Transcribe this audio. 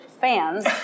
fans